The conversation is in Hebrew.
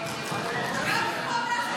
אתה יכול להתייעץ איתו.